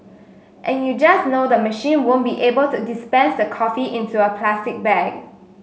and you just know the machine won't be able to dispense the coffee into a plastic bag